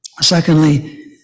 Secondly